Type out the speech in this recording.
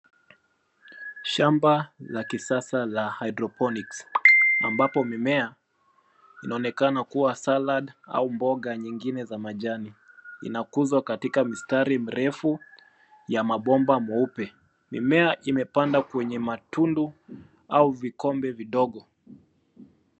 Shamba la kisasa la hydroponics ambapo mimea inaonekana kuwa salad au mboga nyengine za majani. Inakuzwa katika mistari mirefu ya mabomba nyeupe. Mimea imepandwa kwenye matundu au vikombe vidogo.